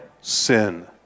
sin